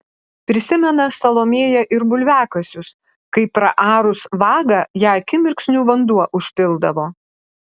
prisimena salomėja ir bulviakasius kai praarus vagą ją akimirksniu vanduo užpildavo